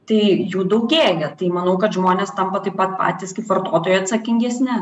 tai jų daugėja tai manau kad žmonės tampa taip pat patys kaip vartotojai atsakingesni